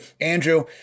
Andrew